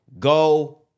Go